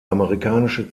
amerikanische